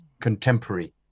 contemporary